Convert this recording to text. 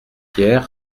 hier